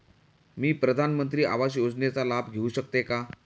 मी प्रधानमंत्री आवास योजनेचा लाभ घेऊ शकते का?